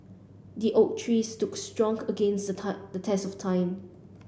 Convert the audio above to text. the oak tree stood strong against the time the test of time